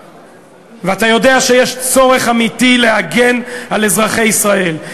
ואתה יודע שיש צורך אמיתי להגן על אזרחי ישראל.